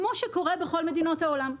כמו שקורה בכל מדינות העולם.